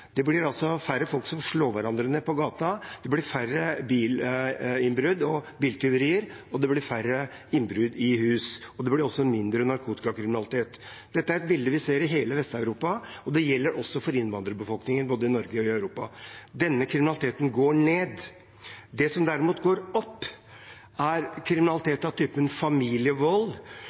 Det blir færre folk som slår hverandre ned på gata, det blir færre bilinnbrudd og biltyverier, det blir færre innbrudd i hus, og det blir også mindre narkotikakriminalitet. Dette er et bilde vi ser i hele Vest-Europa, og det gjelder også for innvandrerbefolkningen både i Norge og i Europa. Denne kriminaliteten går ned. Det som derimot går opp, er kriminalitet av typen familievold,